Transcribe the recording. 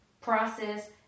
process